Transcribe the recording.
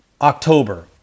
October